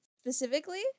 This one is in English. specifically